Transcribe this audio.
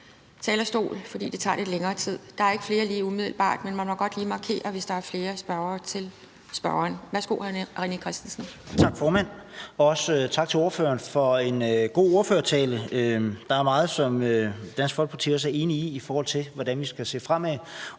talerstolen, fordi det tager lidt længere tid. Der er ikke flere lige umiddelbart, men man må godt markere, hvis der er flere spørgere til ordføreren. Værsgo, hr. René Christensen. Kl. 12:24 René Christensen (DF): Tak, formand, og også tak til ordføreren for en god ordførertale. Der er meget, som Dansk Folkeparti er enig i med hensyn til, hvordan vi skal se fremad,